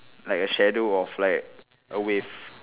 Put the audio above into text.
like a shadow of like a wave